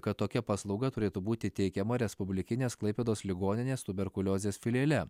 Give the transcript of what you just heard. kad tokia paslauga turėtų būti teikiama respublikinės klaipėdos ligoninės tuberkuliozės filiale